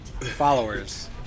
followers